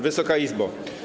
Wysoka Izbo!